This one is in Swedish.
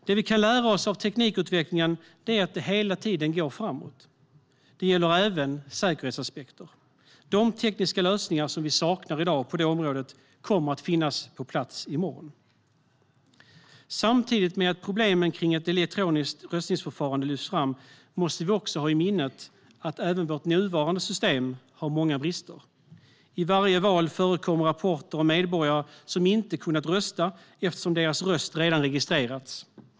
Det vi kan lära oss av teknikutvecklingen är att det hela tiden går framåt. Det gäller även säkerhetsaspekter. De tekniska lösningar som vi saknar i dag på det området kommer att finnas på plats i morgon. Samtidigt med att problemen kring ett elektroniskt röstningsförfarande lyfts fram måste vi ha i minnet att även vårt nuvarande system har många brister. I varje val förekommer rapporter om medborgare som inte kunnat rösta eftersom deras röst redan registrerats.